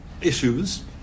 issues